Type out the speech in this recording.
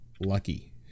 lucky